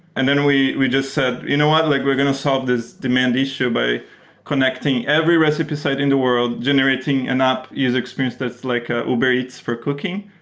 and then we we just said, you know what? like we're going to solve this demand issue by connecting every recipe site in the world generating an app user experience that's like ah uber eats for cooking.